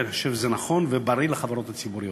ואני חושב שזה נכון ובריא לחברות הציבוריות.